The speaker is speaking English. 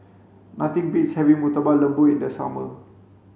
nothing beats having Murtabak Lembu in the summer